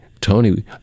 Tony